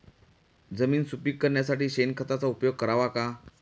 जमीन सुपीक करण्यासाठी शेणखताचा उपयोग करावा का?